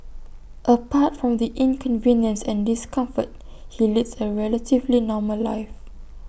apart from the inconvenience and discomfort he leads A relatively normal life